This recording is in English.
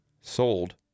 sold